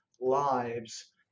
lives